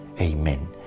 Amen